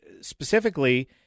specifically